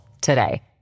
today